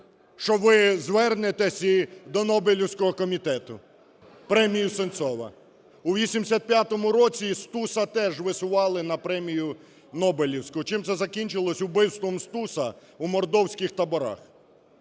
що ви звернетесь до Нобелівського комітету, премію Сенцову. У 85-му році Стуса теж висували на премію Нобелівську. Чим це закінчилося? Вбивством Стуса у мордовських таборах.